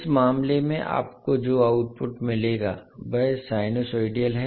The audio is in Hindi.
इस मामले में आपको जो आउटपुट मिलेगा वह साइनसोइडल है